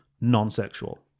Non-sexual